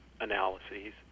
analyses